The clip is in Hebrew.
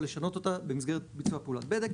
או לשנות אותה במסגרת ביצוע פעולת בדק.